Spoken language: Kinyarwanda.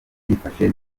byifashe